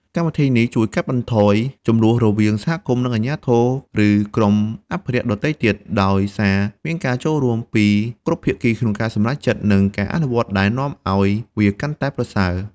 កម្មវិធីនេះជួយកាត់បន្ថយជម្លោះ រវាងសហគមន៍ និងអាជ្ញាធរ ឬក្រុមអភិរក្សដទៃទៀត ដោយសារមានការចូលរួមពីគ្រប់ភាគីក្នុងការសម្រេចចិត្ត និងការអនុវត្ត ដែលនាំឱ្យវាកាន់តែប្រសើរ។